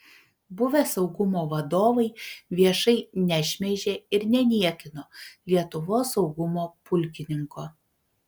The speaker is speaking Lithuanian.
buvę saugumo vadovai viešai nešmeižė ir neniekino lietuvos saugumo pulkininko